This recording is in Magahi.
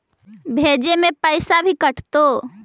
भेजे में पैसा भी कटतै?